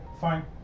fine